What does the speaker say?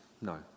No